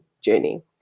journey